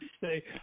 say